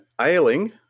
ailing